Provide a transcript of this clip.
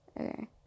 okay